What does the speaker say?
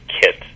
kids